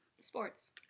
Sports